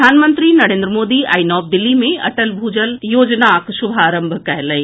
प्रधानमंत्री नरेन्द्र मोदी आइ नव दिल्ली मे अटल भूजल योजना शुभारंभ कयलनि